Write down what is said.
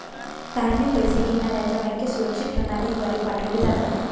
तारणे पैसे घेण्याऱ्याच्या बँकेत सुरक्षित प्रणालीद्वारे पाठवले जातात